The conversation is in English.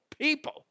People